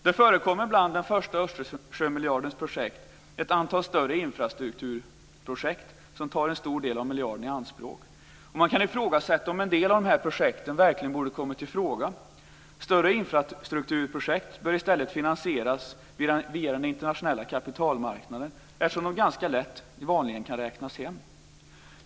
Det förekommer bland Östersjömiljardens projekt ett antal större infrastrukturprojekt som tar en stor del av miljarden i anspråk. Man kan ifrågasätta om en del av dessa projekt verkligen borde kommit ifråga. Större infrastrukturprojekt bör i stället finansieras via den internationella kapitalmarknaden, eftersom de vanligen ganska lätt kan räknas hem.